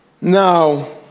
Now